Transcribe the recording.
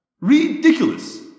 Ridiculous